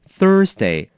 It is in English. Thursday